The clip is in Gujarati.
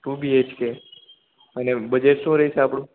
ટૂ બીએચકે અને બજેટ શું રેહશે આપડું